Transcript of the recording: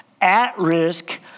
at-risk